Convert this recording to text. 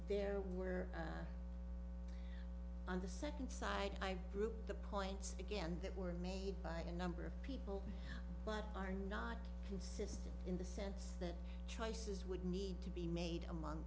there were on the second side i group the points again that were made by a number of people but are not consistent in the sense that choices would need to be made among